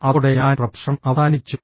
അതോടെ ഞാൻ പ്രഭാഷണം അവസാനിപ്പിച്ചു